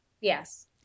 Yes